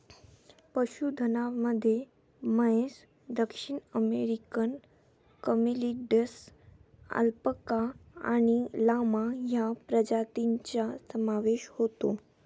पशुधनामध्ये म्हैस, दक्षिण अमेरिकन कॅमेलिड्स, अल्पाका आणि लामा या प्रजातींचा समावेश होतो